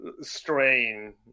strain